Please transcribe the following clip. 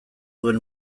duen